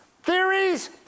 theories